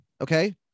Okay